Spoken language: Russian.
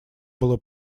было